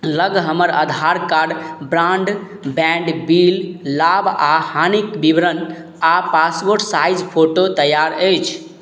लग हमर Aadhaar card broadband bill लाभ आओर हानिके विवरण आओर पासपोर्ट साइज फोटो तैआर अछि